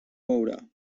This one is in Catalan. veurà